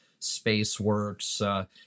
SpaceWorks